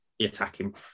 attacking